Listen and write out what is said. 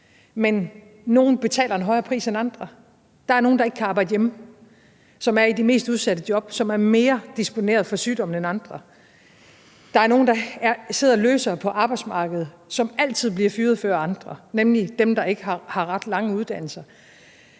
men nogle betaler en højere pris end andre. Der er nogle, der ikke kan arbejde hjemme, som er i de mest udsatte job, som er mere disponeret for sygdommen end andre. Der er nogle, der sidder løsere på arbejdsmarkedet, og som altid bliver fyret før andre, nemlig dem, der ikke har ret lange uddannelser.